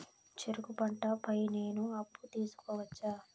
చెరుకు పంట పై నేను అప్పు తీసుకోవచ్చా?